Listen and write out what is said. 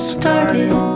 started